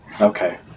Okay